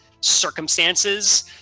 circumstances